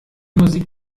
musik